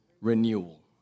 renewal